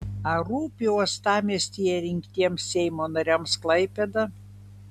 ar rūpi uostamiestyje rinktiems seimo nariams klaipėda